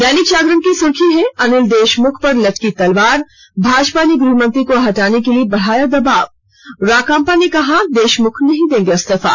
दैनिक जागरण की सुर्खी है अनिल देशमुख पर लटकी तलवार भाजपा ने गृहमंत्री को हटाने के लिए बढ़ाया दबाव राकांपा ने कहा देशमुख नहीं देंगे इस्तीफा